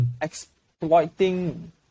exploiting